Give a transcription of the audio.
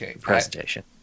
presentation